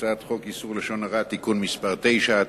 הצעת חוק איסור לשון הרע (תיקון מס' 9),